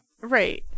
Right